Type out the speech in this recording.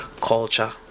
culture